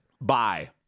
Bye